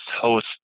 host